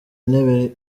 ntebe